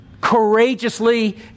courageously